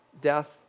death